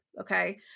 okay